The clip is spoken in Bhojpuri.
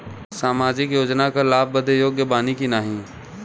सामाजिक योजना क लाभ बदे योग्य बानी की नाही?